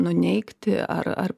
nuneigti ar ar